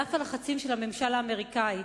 על אף הלחצים של הממשל האמריקני,